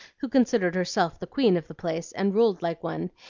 who considered herself the queen of the place and ruled like one,